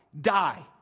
Die